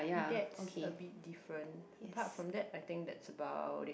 that's a bit different apart from that I think that's about it